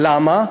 למה?